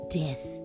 death